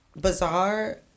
bizarre